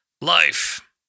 life